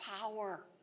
power